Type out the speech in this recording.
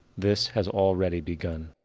this has already begun.